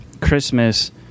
Christmas